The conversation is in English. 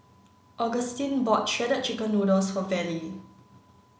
Augustine bought Shredded Chicken Noodles for Vallie